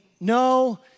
no